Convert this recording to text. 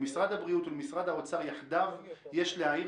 למשרד הבריאות ולמשרד האוצר יחדיו יש להעיר